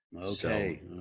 Okay